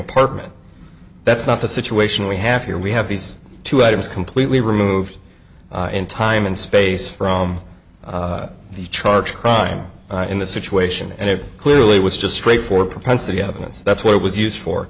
apartment that's not the situation we have here we have these two items completely removed in time and space from the charge crime in this situation and it clearly was just straight for propensity evidence that's what it was used for